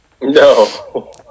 no